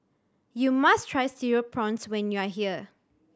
you must try Cereal Prawns when you are here